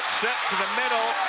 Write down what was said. to the middle